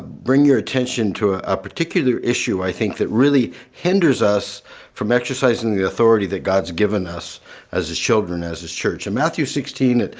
bring your attention to a ah particular issue i think that really hinders us from exercising the authority that god's given us as his children, as his church. in matthew sixteen,